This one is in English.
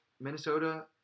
Minnesota